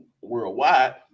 worldwide